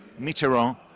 Mitterrand